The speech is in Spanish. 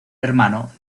hermano